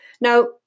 Now